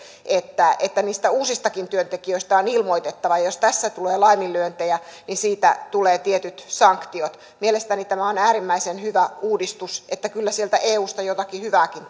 että että niistä uusistakin työntekijöistä on ilmoitettava ja jos tässä tulee laiminlyöntejä niin siitä tulee tietyt sanktiot mielestäni tämä on äärimmäisen hyvä uudistus että kyllä sieltä eusta jotakin hyvääkin